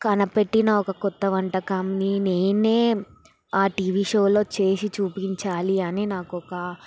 కనపెట్టిన ఒక కొత్త వంటకంని నేనే ఆ టీవీ షోలో చేసి చూపించాలి అని నాకొక